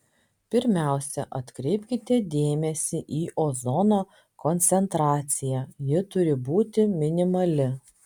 pirmiausia atkreipkite dėmesį į ozono koncentraciją ji turi būti minimali